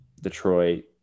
Detroit